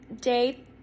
day